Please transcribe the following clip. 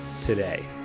today